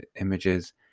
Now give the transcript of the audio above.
images